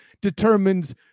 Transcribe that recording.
determines